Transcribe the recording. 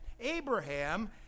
Abraham